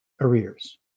arrears